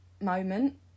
moment